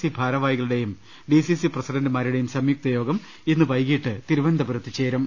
C ഭാരവാഹികളുടേയും DCC പ്രസിഡന്റുമാരുടേയും സംയുക്ത യോഗം ഇന്ന് വൈകീട്ട് തിരുവനന്തപുരത്ത് ചേരും